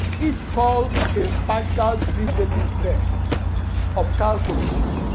each called a partial derivative term of calculus.